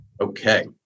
Okay